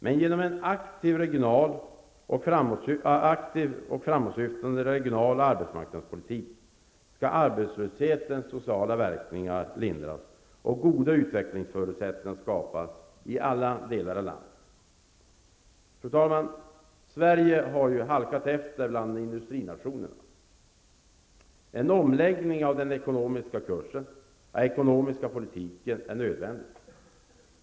Men genom en aktiv och framåtsyftande arbetsmarknads och regionalpolitik skall arbetslöshetens sociala verkningar lindras och goda utvecklingsförutsättningar skapas i alla delar av landet. Fru talman! Sverige har ju halkat efter bland industrinationerna. En omläggning av kursen i den ekonomiska politiken är nödvändig.